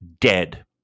dead